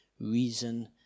reason